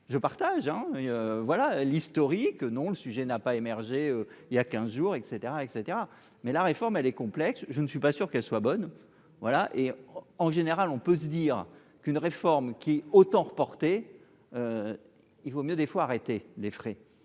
hein, et voilà l'historique non, le sujet n'a pas émergé il y a 15 jours, et caetera et caetera, mais la réforme, elle est complexe, je ne suis pas sûr qu'elle soit bonne, voilà et en général, on peut se dire qu'une réforme qui autant reporté, il vaut mieux des fois arrêter les frais